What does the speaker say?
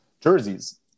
jerseys